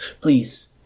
Please